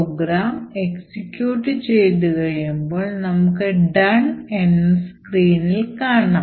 programme execute ചെയ്ത് കഴിയുമ്പോൾ നമുക്ക് 'done' എന്ന് സ്ക്രീനിൽ കാണാം